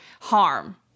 harm